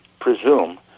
presume